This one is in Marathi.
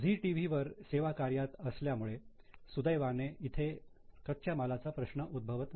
झी टीव्ही सेवाकार्यात असल्यामुळे सुदैवाने इथे कच्च्या मालाचा प्रश्न उद्भवत नाही